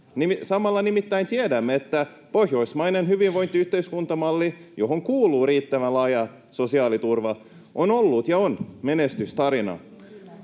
Samalla nimittäin tiedämme, että pohjoismainen hyvinvointiyhteiskuntamalli, johon kuuluu riittävän laaja sosiaaliturva, on ollut ja on menestystarina.